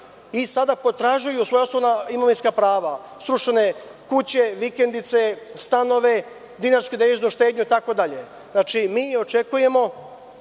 i sada potražuju svoja osnovna imovinska prava, srušene kuće, vikendice, stanove, dinarsku i deviznu štednju, itd. Znači, mi očekujemo